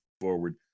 forward